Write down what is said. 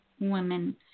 women